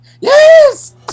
Yes